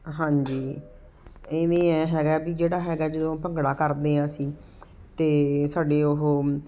ਹਾਂਜੀ ਇਵੇਂ ਐਂ ਹੈਗਾ ਵੀ ਜਿਹੜਾ ਹੈਗਾ ਜਦੋਂ ਭੰਗੜਾ ਕਰਦੇ ਹਾਂ ਅਸੀਂ ਤਾਂ ਸਾਡੇ ਉਹ